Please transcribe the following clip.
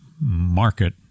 market